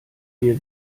wir